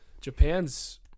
Japan's